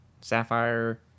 Sapphire